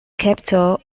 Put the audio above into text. capital